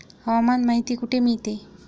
हवामान माहिती कुठे मिळते?